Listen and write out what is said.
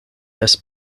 des